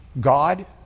God